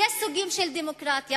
יש סוגים של דמוקרטיה,